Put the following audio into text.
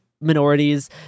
minorities